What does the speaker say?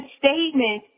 statement